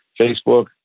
Facebook